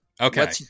Okay